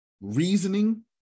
reasoning